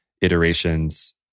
iterations